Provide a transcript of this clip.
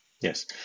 Yes